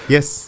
Yes